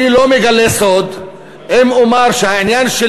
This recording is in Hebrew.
אני לא מגלה סוד אם אומר שהעניין של